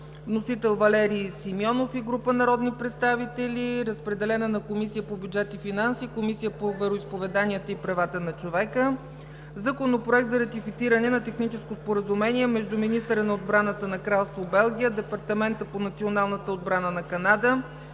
Вносители – Валери Симеонов и група народни представители. Разпределен е на Комисията по бюджет и финанси и Комисията по вероизповеданията и правата на човека. Законопроект за ратифициране на Техническо споразумение между министъра на отбраната на Кралство Белгия, Департамента по националната отбрана на Канада,